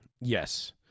Yes